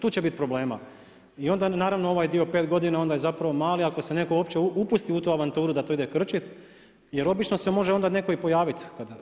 Tu će biti problema i onda naravno ovaj dio od 5 godina, onda je zapravo mali, ako se netko uopće upusti u tu avanturu da to ide krčiti, jer obično se može netko i pojaviti.